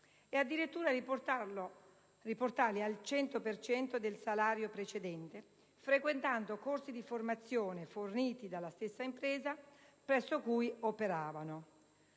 e addirittura riportarli fino al cento per cento del salario precedente frequentando corsi di formazione forniti dalla stessa impresa presso cui operavano.